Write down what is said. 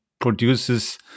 produces